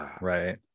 Right